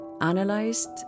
analyzed